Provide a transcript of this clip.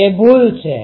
તે ભૂલ છે